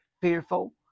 fearful